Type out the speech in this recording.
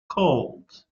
cold